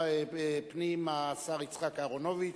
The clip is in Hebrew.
השר יצחק אהרונוביץ,